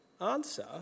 Answer